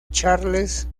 charles